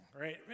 right